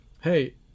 hey